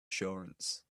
assurance